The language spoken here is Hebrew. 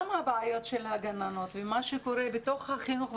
גם הבעיות של הגננות ומה שקורה בתוך החינוך.